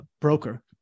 broker